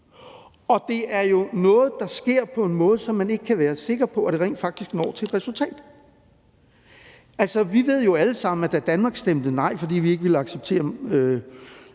og det er jo noget, der sker på en måde, så man rent faktisk ikke kan være sikker på, at der kommer et resultat ud af det. Vi ved jo alle sammen, at da Danmark stemte nej, fordi vi ikke ville acceptere